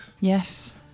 Yes